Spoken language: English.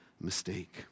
mistake